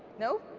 no?